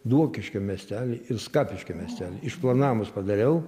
duokiškio miestelį ir skapiškio miestelį išplanavus padariau